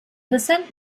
descent